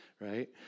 right